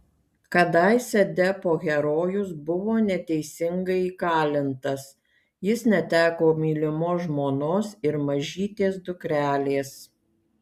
kadaise deppo herojus buvo neteisingai įkalintas jis neteko mylimos žmonos ir mažytės dukrelės